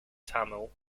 tamil